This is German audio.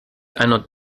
einer